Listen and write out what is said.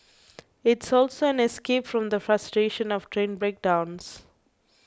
it's also an escape from the frustration of train breakdowns